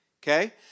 Okay